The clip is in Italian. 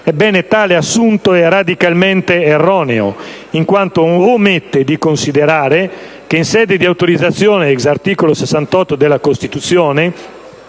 Ebbene, tale assunto è radicalmente erroneo, in quanto omette di considerare che, in sede di autorizzazione *ex* articolo 68, secondo